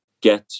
get